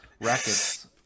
rackets